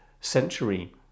century